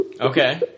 Okay